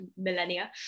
millennia